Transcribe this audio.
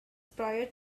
prior